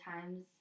times